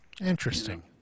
Interesting